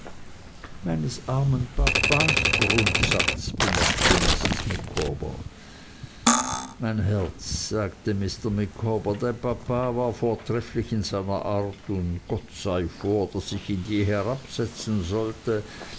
meines armen papas grundsatz bemerkte mrs micawber mein herz sagte mr micawber dein papa war vortrefflich in seiner art und gott sei vor daß ich ihn je herabsetzen sollte